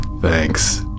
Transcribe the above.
Thanks